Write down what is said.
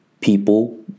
People